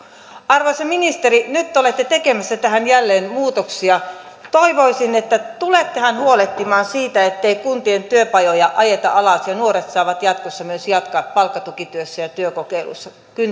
arvoisa ministeri nyt te olette tekemässä tähän jälleen muutoksia toivoisin että tulettehan huolehtimaan siitä ettei kuntien työpajoja ajeta alas ja nuoret saavat jatkossa myös jatkaa palkkatukityössä ja työkokeilussa